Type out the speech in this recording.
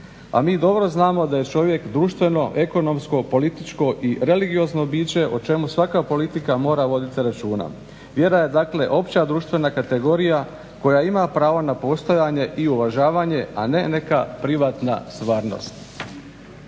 a mi dobro znamo da je čovjek društveno, ekonomsko, političko i religiozno biće o čemu svaka politika mora voditi računa. Vjera je dakle opća društvena kategorija koja ima pravo na postojanje i uvažavanje, a ne neka privatna stvarnost.